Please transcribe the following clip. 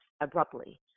abruptly